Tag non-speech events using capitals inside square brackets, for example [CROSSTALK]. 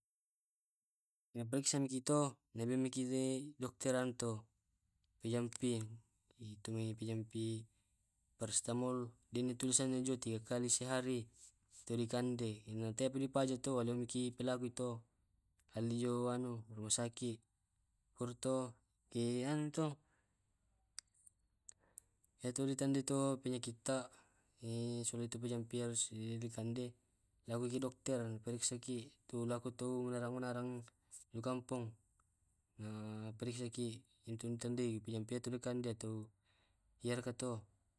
Iki pariksa maki to lebih maki dokter anto pijampi ah tumai [HESITATION] pijampi parasetamol dena tulisanna [UNINTELLIGIBLE] tiga kali sehari, to dikande. Na te di pajato alli o miki pekaluito alio anu rumah sakit purato e anu to. [HESITATION] Yato di tandai tu penyakitta, [HESITATION] sula tu pejampitta harus eh dikande, iyariki dokter mapparessaki, tula tu bunarang bunarang ku dikampong [HESITATION] maparessaki ituntandei tu pejampi [HESITATION] tu dikande atau iyareka to. [NOISE]